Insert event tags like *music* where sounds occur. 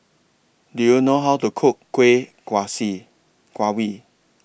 Do YOU know How to Cook Kuih *unintelligible*